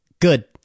Good